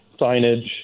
signage